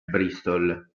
bristol